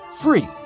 free